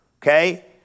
Okay